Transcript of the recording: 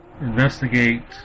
investigate